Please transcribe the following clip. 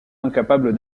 incapable